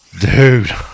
Dude